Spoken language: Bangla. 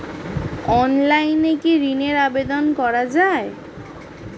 অনলাইনে কি ঋনের আবেদন করা যায়?